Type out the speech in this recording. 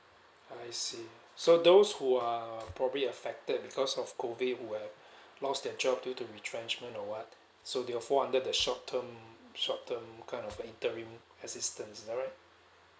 I see so those who are probably affected because of COVID who have lost their job due to retrenchment or what so they will fall under the short term short term kind of like interim assistance am I right